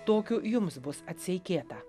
tokiu jums bus atseikėta